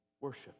worship